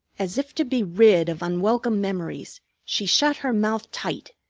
as if to be rid of unwelcome memories she shut her mouth tight,